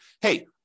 hey